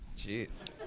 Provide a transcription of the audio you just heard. jeez